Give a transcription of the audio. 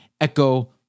Echo